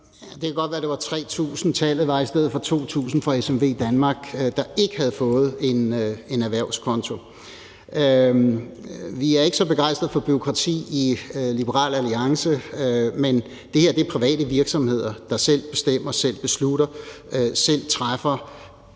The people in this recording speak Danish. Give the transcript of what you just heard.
Det kan godt være, det var 3.000, tallet fra SMVdanmark var, i stedet for 2.000, der ikke havde fået en erhvervskonto. Vi er ikke så begejstrede for bureaukrati i Liberal Alliance, men det her er private virksomheder, der selv bestemmer og selv træffer